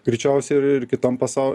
greičiausiai ir ir ir kitom pasaulyje